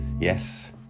yes